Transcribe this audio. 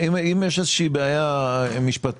אם יש איזושהי בעיה משפטית,